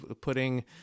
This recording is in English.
putting